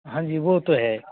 हाँ जी वह तो है